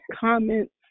comments